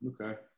okay